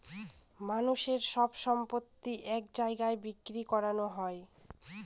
মানুষের সব সম্পত্তি এক জায়গায় বিক্রি করানো হবে